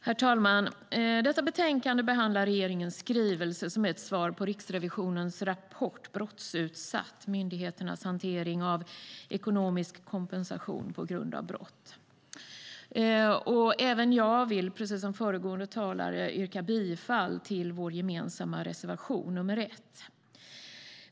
Herr talman! I detta betänkande behandlas regeringens skrivelse som är ett svar på Riksrevisionens rapport Brottsutsatt - myndigheternas hantering av ekonomisk kompensation på grund av brott . Även jag vill, precis som föregående talare, yrka bifall till vår gemensamma reservation nr 1.